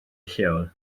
lleol